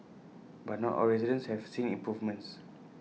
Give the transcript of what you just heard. but not all residents have seen improvements